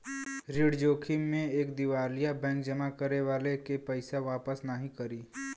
ऋण जोखिम में एक दिवालिया बैंक जमा करे वाले के पइसा वापस नाहीं करी